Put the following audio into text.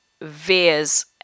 veers